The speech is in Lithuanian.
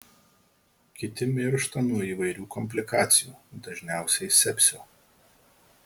kiti miršta nuo įvairių komplikacijų dažniausiai sepsio